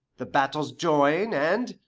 the battles join and,